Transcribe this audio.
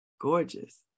gorgeous